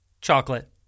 Chocolate